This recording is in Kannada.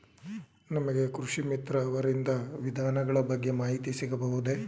ನಮಗೆ ಕೃಷಿ ಮಿತ್ರ ಅವರಿಂದ ವಿಧಾನಗಳ ಬಗ್ಗೆ ಮಾಹಿತಿ ಸಿಗಬಹುದೇ?